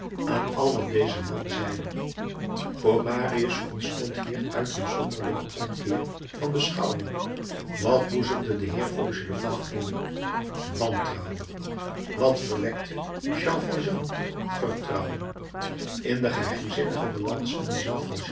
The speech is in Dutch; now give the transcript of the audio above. aan al wat deze man zeide voor marius ontstond hieruit een zonderlinge omkeer van beschouwing wat boezemde de heer fauchelevent in wantrouwen wat verwekte jean valjean vertrouwen in de geheimzinnige balans van dien